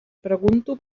pregunto